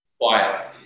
Quiet